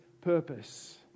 purpose